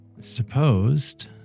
supposed